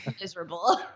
miserable